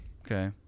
Okay